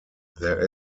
there